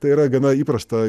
tai yra gana įprasta